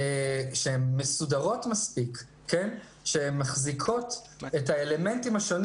מסודרות מספיק שמחזיקות את האלמנטים השונים